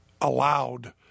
allowed